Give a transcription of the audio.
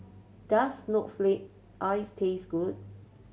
does snowflake ice taste good